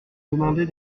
demander